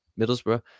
Middlesbrough